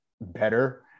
better